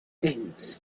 things